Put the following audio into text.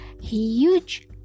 huge